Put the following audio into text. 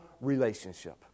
relationship